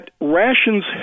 rations